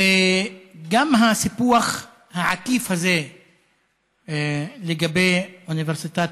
וגם הסיפוח העקיף הזה בעניין אוניברסיטת